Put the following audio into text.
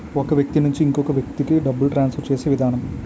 ఒక వ్యక్తి నుంచి ఇంకొక వ్యక్తికి డబ్బులు ట్రాన్స్ఫర్ చేసే విధానం